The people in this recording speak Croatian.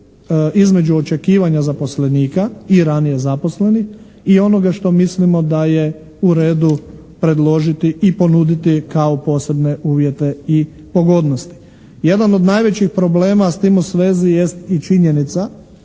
između očekivanja zaposlenika i ranije zaposlenih i onoga što mislimo da je u redu predložiti i ponuditi kao posebne uvjete i pogodnosti. Jedan od najvećih problema s tim u svezi jest i činjenica